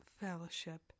fellowship